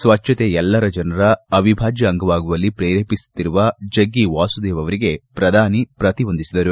ಸ್ವಚ್ಚತೆ ಎಲ್ಲರ ಜನರ ಅವಿಭಾಜ್ಯ ಅಂಗವಾಗುವಲ್ಲಿ ಶ್ರೇರೇಪಿಸುತ್ತಿರುವ ಜಗ್ಗಿ ವಾಸುದೇವ್ ಅವರಿಗೆ ಪ್ರಧಾನಿ ಪ್ರತಿವಂದಿಸಿದರು